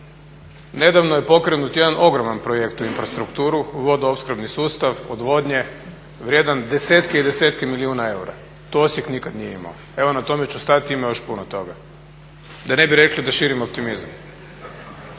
nedavno je pokrenut jedan ogroman projekt u infrastrukturu, vodoopskrbni sustav odvodnje vrijedan desetke i desetke milijuna eura. To Osijek nikad nije imao. Evo na tome ću stati, ima još puno toga, da ne bi rekli da širim optimizam.